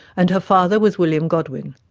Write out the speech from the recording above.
and her father was william godwin,